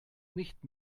nicht